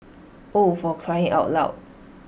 oh for crying out loud